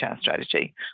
strategy